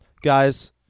Guys